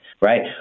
right